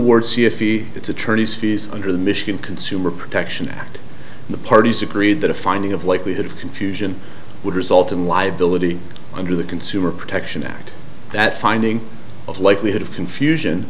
word c f e its attorney's fees under the michigan consumer protection act the parties agreed that a finding of likelihood of confusion would result in liability under the consumer protection act that finding of likelihood of confusion